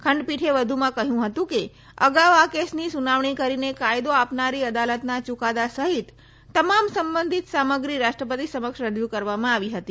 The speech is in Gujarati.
ખંડપીઠે વધુમાં કહ્યું હતું કે અગાઉ આ કેસની સુનાવણી કરીને યુકાદો આપનારી અદાલતના યુકાદા સહિતનું તમામ સંબંધિત સામગ્રી રાષ્ટ્રપતિ સમક્ષ રજૂ કરવામાં આવી હતી